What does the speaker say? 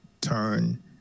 turn